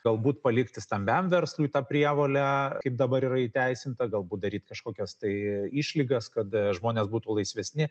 galbūt palikti stambiam verslui tą prievolę kaip dabar yra įteisinta galbūt daryt kažkokias tai išlygas kada žmonės būtų laisvesni